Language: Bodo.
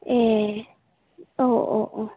ए औ अअ